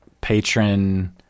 patron